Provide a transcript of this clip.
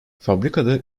fabrikada